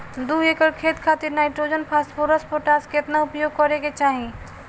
दू एकड़ खेत खातिर नाइट्रोजन फास्फोरस पोटाश केतना उपयोग करे के चाहीं?